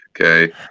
okay